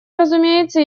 разумеется